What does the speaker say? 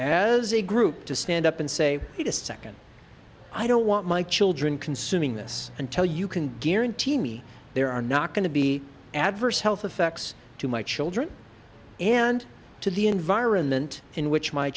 as a group to stand up and say wait a second i don't want my children consuming this until you can guarantee me there are not going to be adverse health effects to my children and to the environment in which my